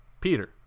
Peter